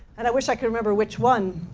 and i wish i could remember which one,